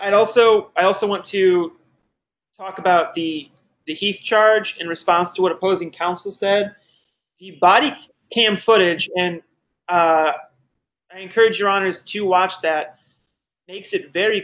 and also i also want to talk about the heath charge in response to what opposing counsel said he body can footage and encourage your honour's to watch that makes it very